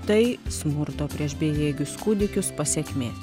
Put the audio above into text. tai smurto prieš bejėgius kūdikius pasekmė